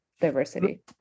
diversity